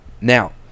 Now